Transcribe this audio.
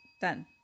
Done